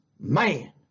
Man